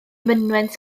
mynwent